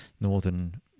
northern